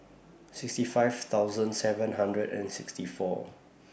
sixty five thousand seven hundred and sixty four